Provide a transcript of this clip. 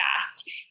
fast